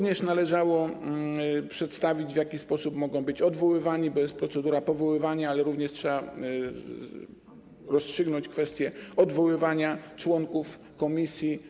Należało również przedstawić, w jaki sposób mogą oni być odwoływani, bo jest procedura powoływania, ale również trzeba rozstrzygnąć kwestię odwoływania członków komisji.